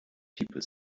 people